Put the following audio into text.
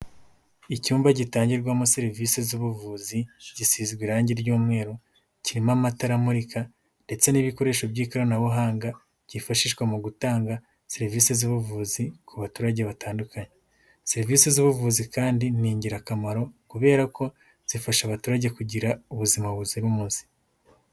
Icyumba gitangirwamo serivisi z'ubuvuzi gisizwe irangi ry'umweru, kirimo amatara amurika ndetse n'ibikoresho by'ikoranabuhanga byifashishwa mu gutanga serivisi z'ubuvuzi ku baturage batandukanye. Serivisi z'ubuvuzi kandi ni ingirakamaro kubera ko zifasha abaturage kugira ubuzima buzira umuze.